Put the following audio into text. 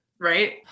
right